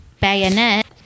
bayonet